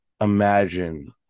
imagine